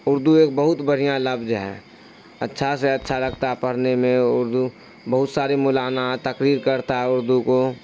اردو ایک بہت بڑھیا لفظ ہے اچھا سے اچھا لگتا ہے پڑھنے میں اردو بہت سارے مولانا تقریر کرتا ہے اردو کو